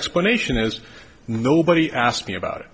explanation is nobody asked me about it